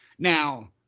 Now